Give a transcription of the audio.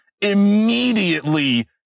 immediately